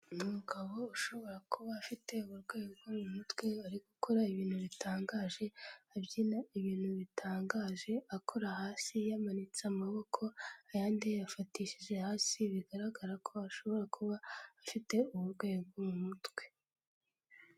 Umugabo ushobora kuba afite uburwayi bwo mu mutwe ari gukora ibintu bitangaje abyina ibintu bitangaje, akora hasi yamanitse amaboko ayandi yafatishije hasi bigaragara ko ashobora kuba afite uburwayi bwo mu mutwe.